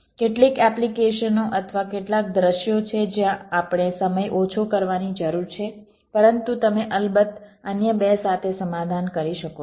કેટલીક એપ્લિકેશનો અથવા કેટલાક દૃશ્યો છે જ્યાં આપણે સમય ઓછો કરવાની જરૂર છે પરંતુ તમે અલબત્ત અન્ય બે સાથે સમાધાન કરી શકો છો